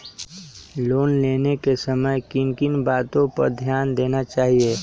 Loan लेने के समय किन किन वातो पर ध्यान देना चाहिए?